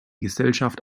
gesellschaft